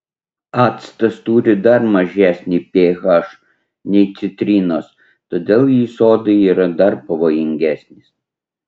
actas turi dar mažesnį ph nei citrinos todėl jis odai yra dar pavojingesnis